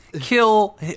kill